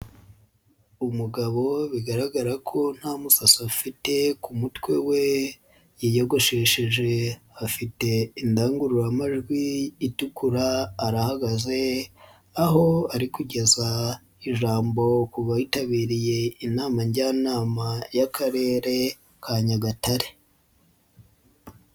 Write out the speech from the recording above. Umugabo bigaragara ko nta musasu afite ku mutwe we yiyogoshesheje, afite indangururamajwi itukura, arahagaze aho ari kugeza ijambo kutabiriye inama njyanama y'Akarere ka Nyagatare.